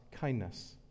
kindness